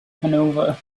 canova